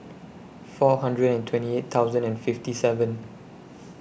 four hundred and twenty eight thousand and fifty seven